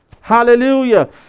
Hallelujah